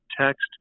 text